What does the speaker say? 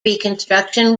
reconstruction